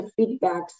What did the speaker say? feedbacks